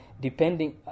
depending